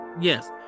yes